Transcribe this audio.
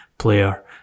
Player